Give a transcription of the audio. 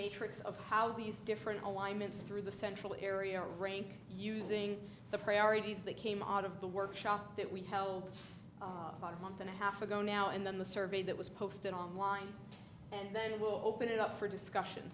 matrix of how these different alignments through the central area rank using the priorities that came out of the workshop that we held about a month and a half ago now and then the survey that was posted online and then we'll open it up for discussion